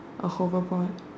a hoverboard